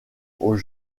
aux